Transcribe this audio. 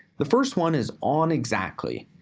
the first one is on exactly.